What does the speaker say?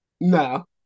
No